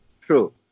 true